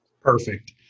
Perfect